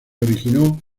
originó